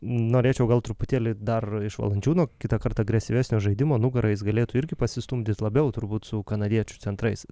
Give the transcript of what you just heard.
norėčiau gal truputėlį dar iš valančiūno kitąkart agresyvesnio žaidimo nugara jis galėtų irgi pasistumdyt labiau turbūt su kanadiečių centrais